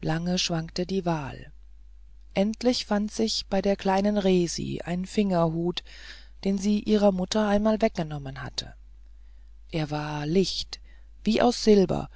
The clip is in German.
lange schwankte die wahl endlich fand sich bei der kleinen resi ein fingerhut den sie ihrer mutter einmal weggenommen hatte er war licht wie aus silber